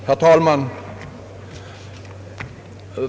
Herr talman!